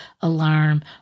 alarm